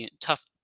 tough